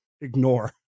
ignore